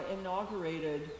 inaugurated